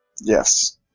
Yes